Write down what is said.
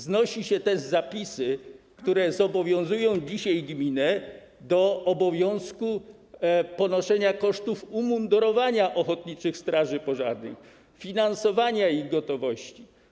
Znosi się też zapisy, które zobowiązują dzisiaj gminę do obowiązku ponoszenia kosztów umundurowania ochotniczych straży pożarnych, finansowania ich gotowości.